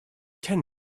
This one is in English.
ten